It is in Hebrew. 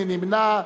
מי נמנע?